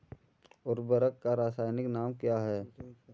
उर्वरक का रासायनिक नाम क्या है?